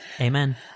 Amen